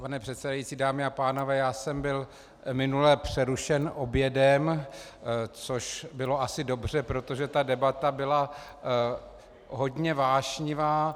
Pane předsedající, dámy a pánové, já jsem byl minule přerušen obědem, což bylo asi dobře, protože ta debata byla hodně vášnivá.